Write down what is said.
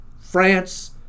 France